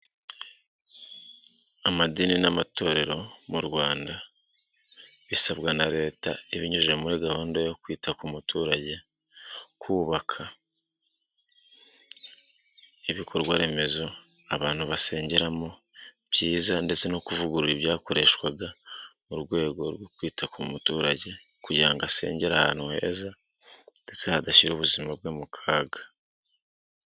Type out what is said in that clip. Amadini n'amatorero mu Rwanda bisabwa na leta ibinyujije muri gahunda yo kwita ku muturage kubaka ibikorwa remezo abantu basengeramo byiza ndetse no kuvugurura ibyakoreshwaga mu rwego rwo kwita ku muturage kugira ngo asengere ahantu heza ndetse hadashyira ubuzima bwe mu kaga.